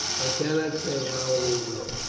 i cannot say how it will go.